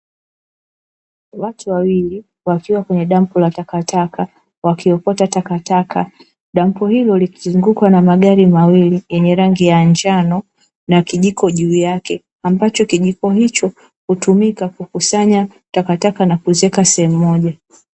Watu wawili wakiwa kwenye dampo la takataka wakiokota takataka. Dampo hilo likizungukwa na magari mawili yenye rangi ya njano na kijiko juu yake ambacho kijiko hicho hutumika kukusanya takataka na kuziweka sehemu moja.